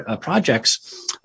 projects